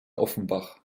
offenbach